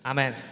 Amen